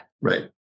Right